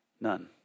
None